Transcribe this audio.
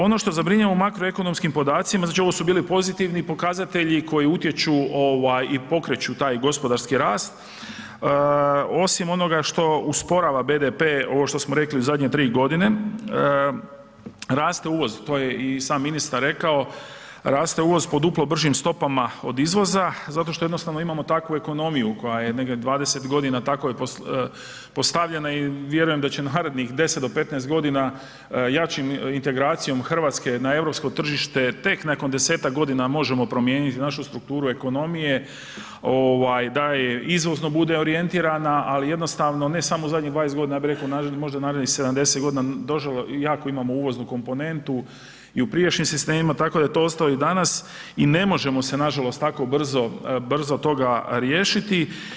Ono što zabrinjava u makroekonomskim podacima, znači ovo su bili pozitivni pokazatelji koji utječu ovaj i pokreću taj gospodarski rast, osim onoga što usporava BDP ovo što smo rekli zadnje 3 godine, raste uvoz to je i sam ministar rekao, raste uvoz po duplo bržim stopama od izvoza zato što jednostavno imamo takvu ekonomiju koja je negdje 20 godina tako je postavljena i vjerujem da će narednih 10 do 15 godina jačom integracijom Hrvatske na europsko tržište tek nakon 10-tak godina možemo promijeniti našu strukturu ekonomije, ovaj da izvozno bude orijentirana, ali jednostavno ne samo u zadnjih 20 godina ja bih reko možda u narednih 70 godina, jako imamo uvoznu komponentu i u prijašnjim sistemima, tako da je to ostalo i danas i ne možemo se nažalost tako brzo toga riješiti.